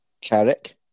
Carrick